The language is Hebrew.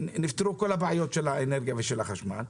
ונפתרו כל הבעיות של האנרגיה והחשמל,